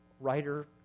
writer